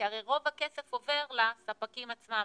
כי הרי רוב הכסף עובר לספקים עצמם,